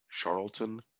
Charlton